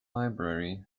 library